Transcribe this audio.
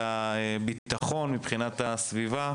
מבחינת הביטחון, הסביבה.